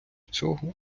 цього